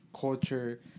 culture